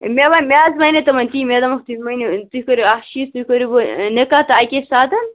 مے وَن مےٚ حظ وَنے تِمن تی مےٚ دوٚپمَکھ تُہۍ ؤنِو تُہۍ کٔرِو اَکھ چیٖز تُہۍ کٔرِو وۅنۍ نِکاح تہٕ اَکے ساتہٕ